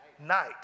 night